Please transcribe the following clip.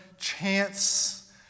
chance